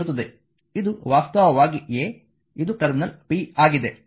ಇದು ವಾಸ್ತವವಾಗಿ a ಇದು ಟರ್ಮಿನಲ್ b ಆಗಿದೆ